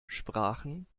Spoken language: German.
sprachen